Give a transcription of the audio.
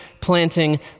Planting